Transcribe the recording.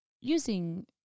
using